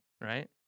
right